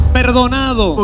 perdonado